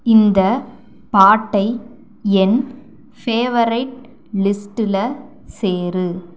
இந்த பாட்டை என் ஃபேவரைட் லிஸ்டில் சேர்